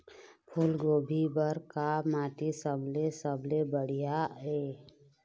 फूलगोभी बर का माटी सबले सबले बढ़िया ये?